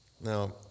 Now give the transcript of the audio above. Now